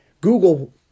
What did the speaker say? Google